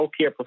healthcare